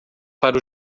para